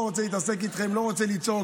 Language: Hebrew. לא רוצה להתעסק איתכם, לא רוצה לצעוק.